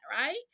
right